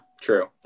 true